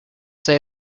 say